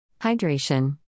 Hydration